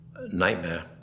nightmare